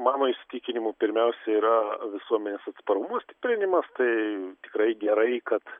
mano įsitikinimu pirmiausia yra visuomenės atsparumo stiprinimas tai tikrai gerai kad